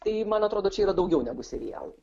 tai man atrodo čia yra daugiau negu serialai